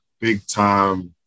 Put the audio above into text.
big-time